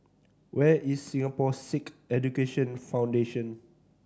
where is Singapore Sikh Education Foundation